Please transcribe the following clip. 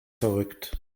verrückt